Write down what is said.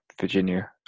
Virginia